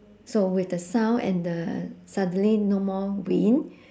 so with the sound and the suddenly no more wind